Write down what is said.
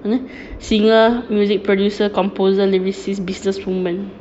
there singer music producer composer you see business woman